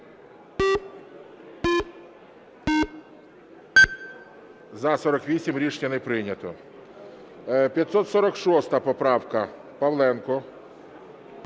За-48 Рішення не прийнято. 546 поправка, Павленко.